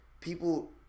people